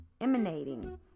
emanating